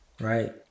Right